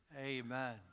Amen